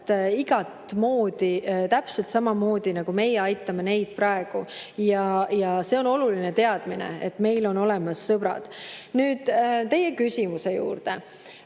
igat moodi, täpselt samamoodi, nagu meie aitame neid praegu. Ja see on oluline teadmine, et meil on olemas sõbrad. Nüüd teie küsimuse juurde.